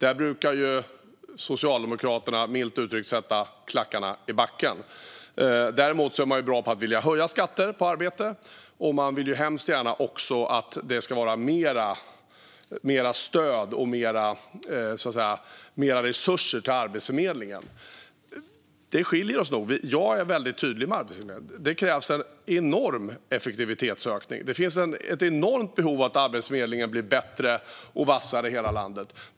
Socialdemokraterna brukar där, milt uttryckt, sätta klackarna i backen. Däremot är de bra på att vilja höja skatter på arbete. Och de vill också väldigt gärna att det ska vara mer stöd och mer resurser till Arbetsförmedlingen. Där skiljer vi oss nog åt. Jag är väldigt tydlig med Arbetsförmedlingen. Det krävs en enorm effektivitetsökning där. Det finns ett enormt behov av att Arbetsförmedlingen blir bättre och vassare i hela landet.